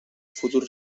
futur